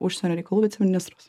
užsienio reikalų viceministras